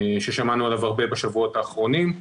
ששמענו עליו בשבועות האחרונים,